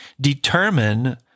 determine